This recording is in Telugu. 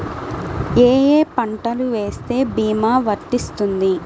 ఏ ఏ పంటలు వేస్తే భీమా వర్తిస్తుంది?